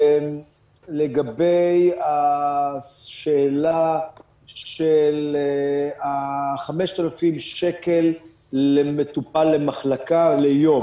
לגבי השאלה של ה-5,000 שקל למטופל למחלקה ליום